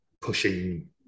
pushing